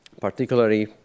particularly